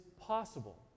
possible